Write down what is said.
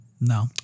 no